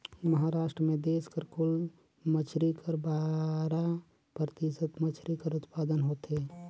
महारास्ट में देस कर कुल मछरी कर बारा परतिसत मछरी कर उत्पादन होथे